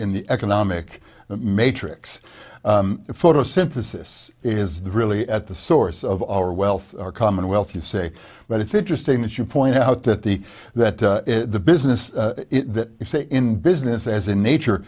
in the economic matrix photosynthesis is really at the source of our wealth our commonwealth you say but it's interesting that you point out that the that the business that is the in business as a nature